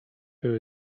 who